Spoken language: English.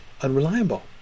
unreliable